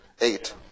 eight